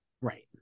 Right